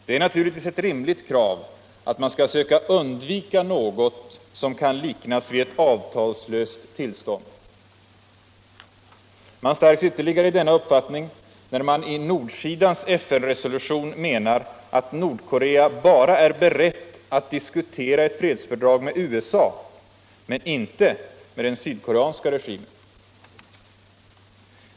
Det är naturligtvis ett rimligt krav att man skall söka undvika något som kan liknas vid ett avtalslöst tillstånd. Man stärks ytterligare i denna uppfattning när nordsidan i sin FN-resolution menar att Nordkorea bara är berett att diskutera ett fredsfördrag med USA men inte med den sydkoreanska regimen.